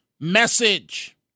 Message